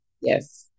Yes